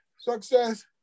success